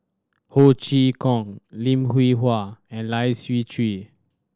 Ho Chee Kong Lim Hwee Hua and Lai Siu Chiu